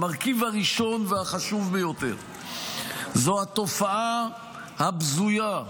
המרכיב הראשון והחשוב ביותר הוא התופעה הבזויה,